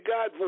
God